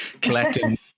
collecting